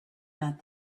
not